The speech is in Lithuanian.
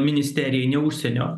ministerijai ne užsienio